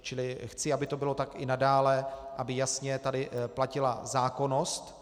Čili chci, aby to bylo tak i nadále, aby tady jasně platila zákonnost.